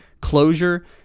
closure